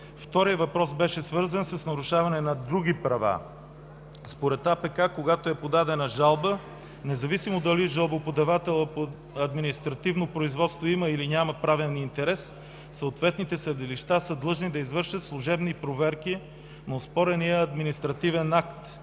Вторият въпрос беше свързан с нарушаване на други права. Според Административнопроцесуалния кодекс (АПК), когато е подадена жалба, независимо дали жалбоподателят по административно производство има или няма правен интерес, съответните съдилища са длъжни да извършат служебни проверки на оспорения административен акт